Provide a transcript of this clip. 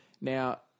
now